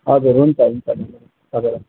हजुर हुन्छ हुन्छ तपाईँलाई